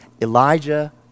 Elijah